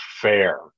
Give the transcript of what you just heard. fair